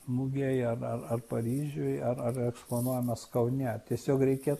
mugėj ar ar paryžiuj ar ar eksponuojamas kaune tiesiog reikia